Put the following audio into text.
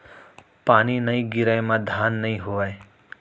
पानी नइ गिरय म धान नइ होवय